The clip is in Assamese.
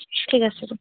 ঠিক আছে